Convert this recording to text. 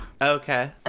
Okay